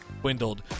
dwindled